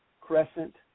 Crescent